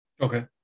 Okay